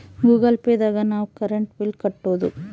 Google Pay ದಾಗ ನಾವ್ current bill ಕಟ್ಟೋದು